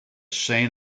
shane